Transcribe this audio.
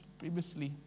previously